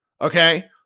okay